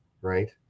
Right